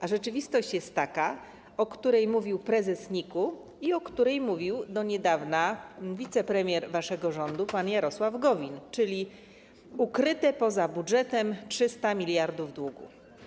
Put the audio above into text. A rzeczywistość jest taka, o której mówił prezes NIK-u i o której mówił do niedawna wicepremier waszego rządu pan Jarosław Gowin, czyli ukryte poza budżetem 300 mld długu.